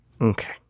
Okay